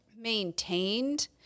maintained